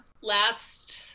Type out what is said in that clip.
last